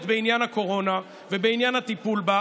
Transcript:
בעניין הקורונה ובעניין הטיפול בה,